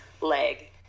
leg